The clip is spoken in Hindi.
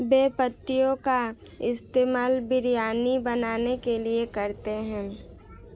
बे पत्तियों का इस्तेमाल बिरयानी बनाने के लिए करते हैं